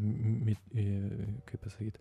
mit kaip pasakyt